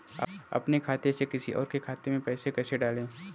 अपने खाते से किसी और के खाते में पैसे कैसे डालें?